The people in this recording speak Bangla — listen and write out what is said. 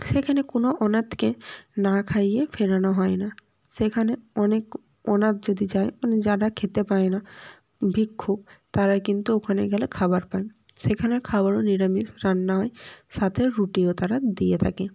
সেখানে কোনো অনাথকে না খাইয়ে ফেরানো হয় না সে খানে অনেক অনাথ যদি যায় মানে যারা খেতে পায় না ভিক্ষু তারা কিন্তু ওখানে গেলে খাওয়ার পান সেখানের খাওয়ারও নিরামিষ রান্না হয় সাথে রুটিও তারা দিয়ে থাকে